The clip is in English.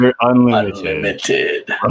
unlimited